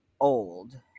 old